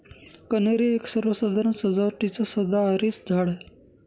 कन्हेरी एक सर्वसाधारण सजावटीचं सदाहरित झाड आहे